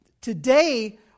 Today